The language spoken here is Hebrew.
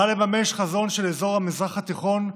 בא לממש חזון של אזור המזרח התיכון,